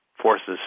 Forces